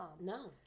No